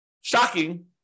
shocking